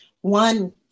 One